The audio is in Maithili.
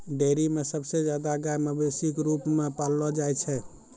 डेयरी म सबसे जादा गाय मवेशी क रूप म पाललो जाय छै